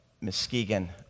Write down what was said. Muskegon